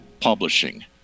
publishing